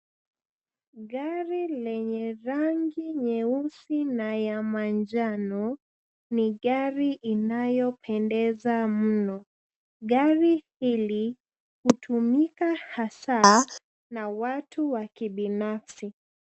Gari lenye rangi nyeusi na ya manjano ni gari inayopendeza mno. Gari hili hutumika hasa na watu wa kibinafsi.